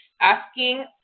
asking